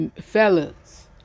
fellas